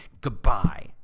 goodbye